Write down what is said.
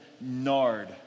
nard